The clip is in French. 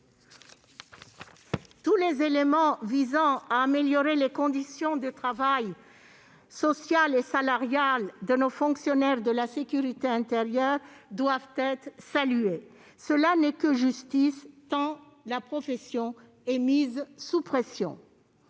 Tous les éléments visant à améliorer les conditions de travail, sociales et salariales de nos fonctionnaires de la sécurité intérieure doivent être salués. Cela n'est que justice, tant la profession est mise sous pression.